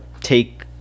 take